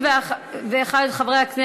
(חברות גבייה),